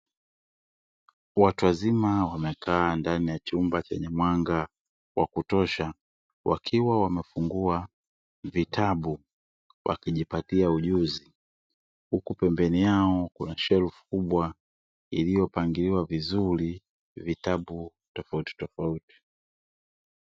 Watu wazima wamekaa ndani ya chumba chenye mwanga wa kutosha, wakiwa wamefungua vitabu wakijipatia ujuzi. Huku pembeni yao kuna shelfu kubwa iliyo pangiliwa vizuri vitabu tofauti tofauti.